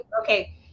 Okay